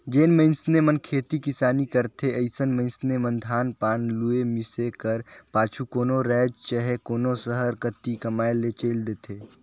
जेन मइनसे मन खेती किसानी करथे अइसन मइनसे मन धान पान लुए, मिसे कर पाछू कोनो राएज चहे कोनो सहर कती कमाए ले चइल देथे